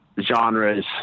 genres